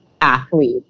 athlete